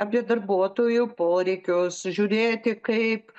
apie darbuotojų poreikius žiūrėti kaip